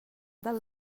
del